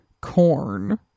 Corn